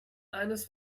eines